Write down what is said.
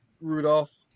Rudolph